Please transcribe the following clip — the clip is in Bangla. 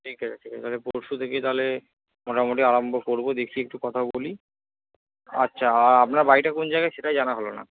ঠিক আছে এবারে পরশু থেকে তাহলে মোটামুটি আরম্ভ করব দেখি একটু কথা বলি আচ্ছা আর আপনার বাড়িটা কোন জায়গায় সেটাই জানা হল না